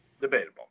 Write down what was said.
Debatable